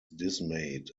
dismayed